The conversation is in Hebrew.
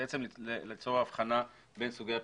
ליצור הבחנה בין סוגי הפעולות.